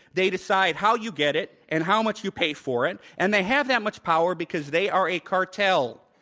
they decide how you get it and how much you pay for it and they hav e that much power because they are a cartel.